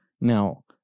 Now